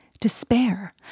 despair